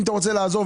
אם אתה רוצה לעזור,